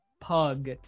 Pug